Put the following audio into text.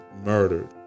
murdered